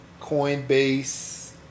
Coinbase